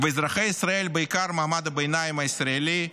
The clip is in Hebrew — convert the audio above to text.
ואזרחי ישראל, בעיקר מעמד הביניים הישראלי,